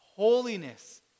Holiness